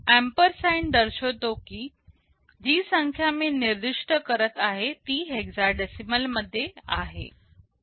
ampersand दर्शवितो की जी संख्या मी निर्दिष्ट करत आहे ती हेक्साडेसिमल मध्ये आहे